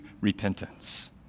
repentance